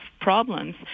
problems